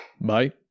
Bye